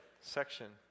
section